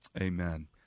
Amen